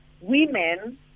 women